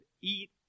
eat